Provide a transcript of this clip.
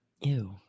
Ew